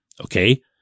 Okay